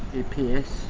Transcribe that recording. gps?